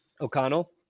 O'Connell